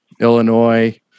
Illinois